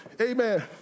Amen